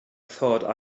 thought